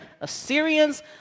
Assyrians